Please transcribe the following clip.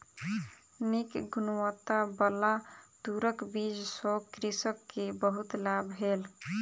नीक गुणवत्ताबला तूरक बीज सॅ कृषक के बहुत लाभ भेल